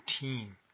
team